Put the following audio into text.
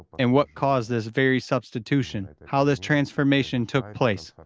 and what caused this very substitution, how this transformation took place.